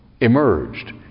emerged